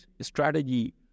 strategy